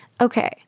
Okay